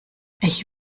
ich